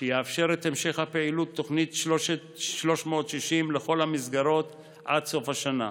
שיאפשר את המשך פעילות תוכנית 360 לכל המסגרות עד סוף השנה.